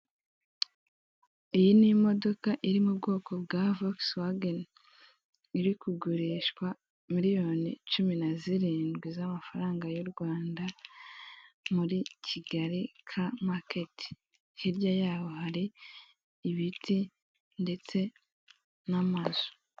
Iyi ni imodoka iri mu bwoko bwa Volkswagen, iri kugurishwa miliyoni cumi na zirindwi z'amafaranga y'u Rwanda, muri Kigali Car Market, hirya yaho hari ibiti ndetse n'amazu.